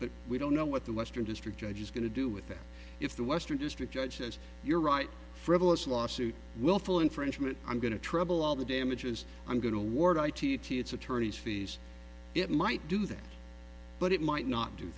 but we don't know what the western district judge is going to do with it if the western district judge says you're right frivolous lawsuit willful infringement i'm going to treble all the damages i'm going to award i t t it's attorneys fees it might do that but it might not do